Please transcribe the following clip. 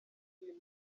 filime